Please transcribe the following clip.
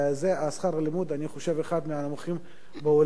שכר הלימוד, אני חושב, הוא אחד מהנמוכים בעולם.